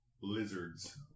lizards